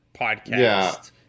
podcast